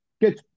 Good